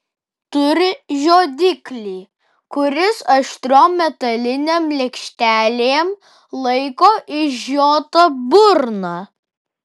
turi žiodiklį kuris aštriom metalinėm lėkštelėm laiko išžiotą burną